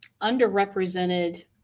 underrepresented